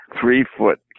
three-foot